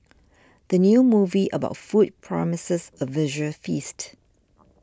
the new movie about food promises a visual feast